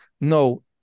no